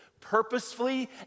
purposefully